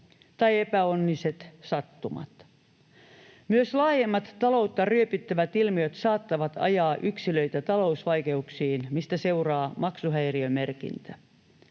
tai epäonniset sattumat. Myös laajemmat taloutta ryöpyttävät ilmiöt saattavat ajaa yksilöitä talousvaikeuksiin, mistä seuraa maksuhäiriömerkintä.